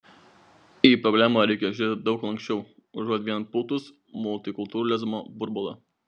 į problemą reikia žiūrėti daug lanksčiau užuot vien pūtus multikultūralizmo burbulą